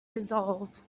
resolve